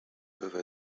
peuvent